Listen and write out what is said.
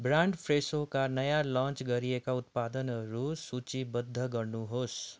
brand फ्रेसोका नयाँ launch गरिएका उत्पादनहरू सुचीबद्ध गर्नुहोस्